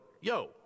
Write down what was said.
yo